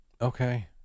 Okay